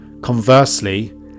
Conversely